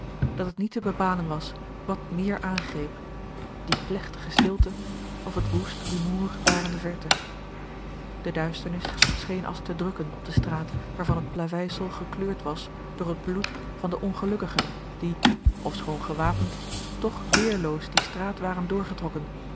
dat het niet te bepalen was wat meer aangreep die plegtige stilte of het woest rumoer daar in de verte de duisternis scheen als te drukken op de straat waarvan het plaveisel gekleurd was door het bloed van de ongelukkigen die ofschoon gewapend toch weêrloos die straat waren doorgetrokken